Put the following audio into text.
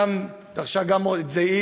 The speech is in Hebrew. היא דרשה את זה,